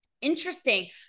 Interesting